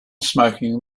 smoking